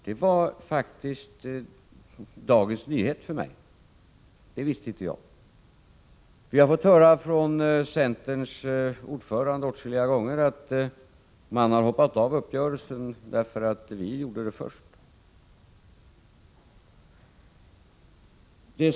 Det var faktiskt dagens nyhet för mig. Det visste jag inte. Jag har fått höra av centerns ordförande åtskilliga gånger att man har hoppat av uppgörelsen därför att vi gjorde det först.